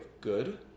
good